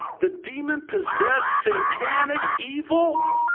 the demon possessed satanic evil.